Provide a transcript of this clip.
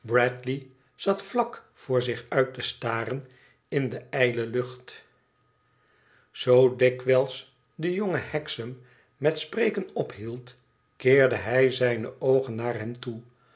zat vlak voor zich uit te staren in de ijle lucht zoo dikwijls de jonge hexam met spreken ophield keerde hij zijne oogen naar hem toe